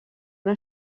una